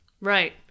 Right